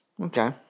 Okay